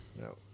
No